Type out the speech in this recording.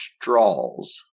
straws